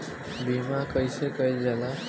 बीमा कइसे कइल जाला?